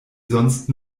sonst